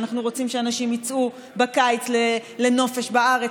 אנחנו רוצים שאנשים יצאו בקיץ לנופש בארץ,